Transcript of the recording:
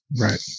Right